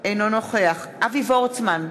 אינו נוכח אבי וורצמן,